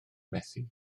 methu